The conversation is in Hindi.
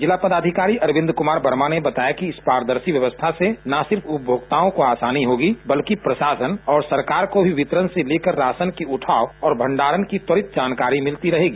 जिला पदाधिकारी अरविंद कुमार वर्मा ने बताया कि इस पारदर्शी व्यवस्था से न सिर्फ उपभोक्ता को आसानी होगी बल्कि प्रशासन और सरकार को भी वितरण से लेकर राशन की उठाओ और भंडारण की त्वरित जानकारी मिलती रहेगी